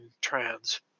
trans